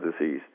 disease